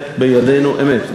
אמת.